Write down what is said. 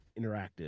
interactive